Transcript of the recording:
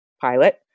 pilot